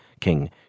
king